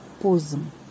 Possum